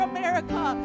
America